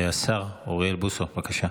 השר אוריאל בוסו, בבקשה.